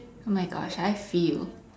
oh my gosh I feel